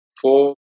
four